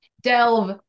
Delve